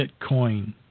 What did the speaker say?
Bitcoin